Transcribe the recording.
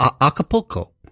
Acapulco